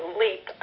leap